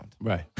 Right